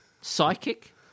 Psychic